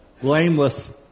blameless